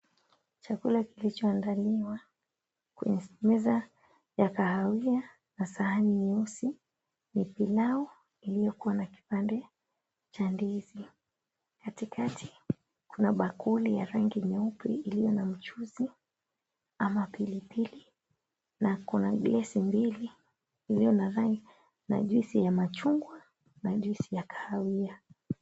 Chakula kilichoandaliwa kwenye meza ya kahawia na sahani nyeusi ni pilau iliyoko na kipande cha ndizi. Katikati kuna bakuli la rangi nyeupe lililo na mchuzi ama pilipili, bilauri mbili zilizo na juisi ya machungwa na kahawia.